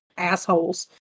assholes